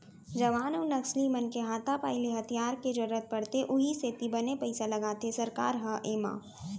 जवान अउ नक्सली मन के हाथापाई ले हथियार के जरुरत पड़थे उहीं सेती बने पइसा लगाथे सरकार ह एमा